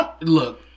look